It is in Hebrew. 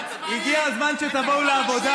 הגיעו הזמן שתבואו לעבודה.